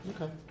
Okay